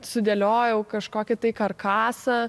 sudėliojau kažkokį tai karkasą